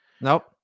Nope